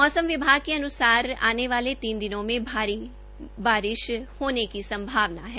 मौसम विभाग के अन्सार आने वाले तीन दिनों में भारी बारिश होने की संभावना है